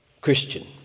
Christian